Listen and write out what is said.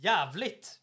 Jävligt